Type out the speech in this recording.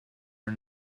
are